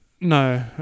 No